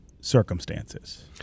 circumstances